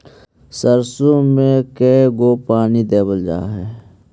सरसों में के गो पानी देबल जा है?